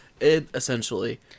Essentially